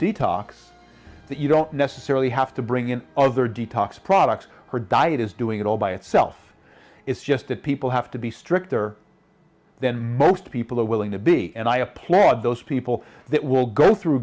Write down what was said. that you don't necessarily have to bring in other detox products or diet is doing it all by itself it's just that people have to be stricter than most people are willing to be and i applaud those people that will go through